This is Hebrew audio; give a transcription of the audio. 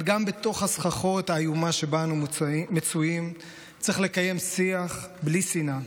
אבל גם בתוך הסחרחורת האיומה שבה אנו מצויים צריך לקיים שיח בלי שנאה,